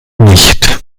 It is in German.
nicht